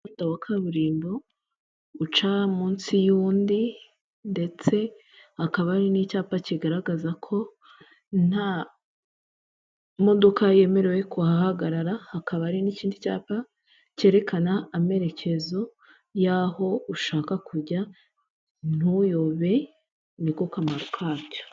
Umuhanda wa kaburimbo uca munsi y'undi, ndetse hakaba hari n'icyapa kigaragaza ko nta modoka yemerewe kuhagarara, hakaba ari n'ikindi cyapa cyerekana amerekezo y'aho ushaka kujya ntuyobe, niko kamaro kabyo.